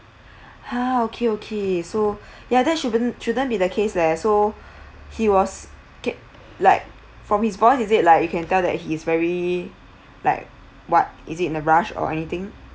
ha okay okay so ya that's shouldn't shouldn't be the case leh so he was kep~ like from his voice is it like you can tell that he is very like what is it in a rush or anything